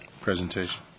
presentation